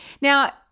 Now